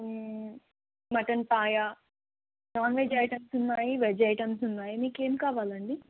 mutton paya non veg items ఉన్నాయి veg items ఉన్నాయి మీకేమి కావాలండి